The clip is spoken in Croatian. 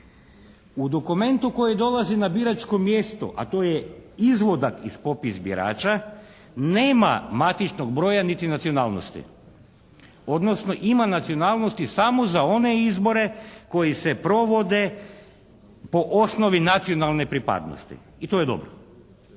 U dokumentu koji dolazi na biračko mjesto, a to je izvadak iz popisa birača nema matičnog broja niti nacionalnosti odnosno ima nacionalnosti samo za one izbore koji se provode po osnovi nacionalne pripadnosti. I to je dobro.